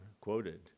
quoted